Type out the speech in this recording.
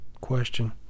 question